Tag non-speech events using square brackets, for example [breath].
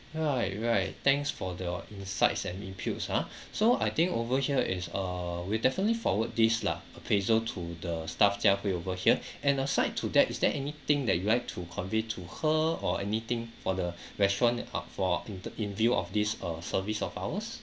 right right thanks for the insights and inputs ah [breath] so I think over here it's uh we'll definitely forward this lah appraisal to the staff jia hui over here [breath] and aside to that is there anything that you like to convey to her or anything for the [breath] restaurant uh for in te~ in view of this uh service of ours